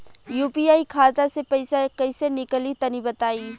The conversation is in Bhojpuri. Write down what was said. यू.पी.आई खाता से पइसा कइसे निकली तनि बताई?